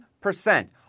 percent